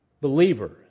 believer